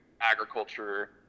agriculture